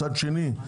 מצד שני,